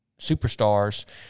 superstars